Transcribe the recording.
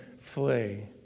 flee